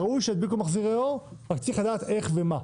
ראוי שידביקו מחזירי אור, רק צריך לדעת איך ומה.